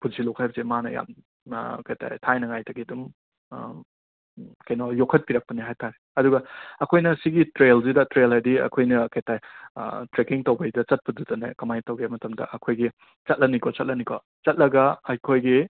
ꯄꯨꯟꯁꯤꯂꯣꯛ ꯍꯥꯏꯕꯁꯦ ꯃꯥꯅ ꯌꯥꯝꯅ ꯀꯩꯍꯥꯏꯇꯥꯔꯦ ꯊꯥꯏꯅꯉꯥꯏꯗꯒꯤ ꯑꯗꯨꯝ ꯑ ꯑꯝ ꯀꯩꯅꯣ ꯌꯣꯛꯈꯠꯄꯤꯔꯛꯄꯅꯦ ꯍꯥꯏꯇꯥꯔꯦ ꯑꯗꯨꯒ ꯑꯩꯈꯣꯏꯅ ꯁꯤꯒꯤ ꯇ꯭ꯔꯦꯜꯁꯤꯗ ꯇ꯭ꯔꯦꯜ ꯍꯥꯏꯗꯤ ꯑꯩꯈꯣꯏꯅ ꯀꯩ ꯍꯥꯏꯇꯥꯔꯦ ꯇ꯭ꯔꯦꯀꯤꯡ ꯇꯧꯕꯩꯗ ꯆꯠꯄꯗꯨꯗꯅꯦ ꯀꯃꯥꯏ ꯇꯧꯒꯦ ꯃꯇꯝꯗ ꯑꯩꯈꯣꯏꯒꯤ ꯆꯠꯂꯅꯤꯀꯣ ꯆꯠꯂꯅꯤꯀꯣ ꯆꯠꯂꯒ ꯑꯩꯈꯣꯏꯒꯤ